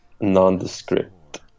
nondescript